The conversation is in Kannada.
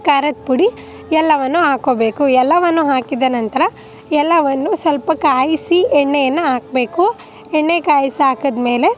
ಖಾರದ ಪುಡಿ ಎಲ್ಲವನ್ನೂ ಹಾಕೊಳ್ಬೇಕು ಎಲ್ಲವನ್ನು ಹಾಕಿದ ನಂತರ ಎಲ್ಲವನ್ನು ಸ್ವಲ್ಪ ಕಾಯಿಸಿ ಎಣ್ಣೆಯನ್ನು ಹಾಕಬೇಕು ಎಣ್ಣೆ ಕಾಯ್ಸಿ ಹಾಕಿದ್ಮೇಲೆ